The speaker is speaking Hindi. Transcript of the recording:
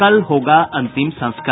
कल होगा अंतिम संस्कार